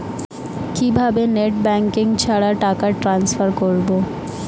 কিভাবে net banking ছাড়া টাকা টান্সফার করব?